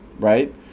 right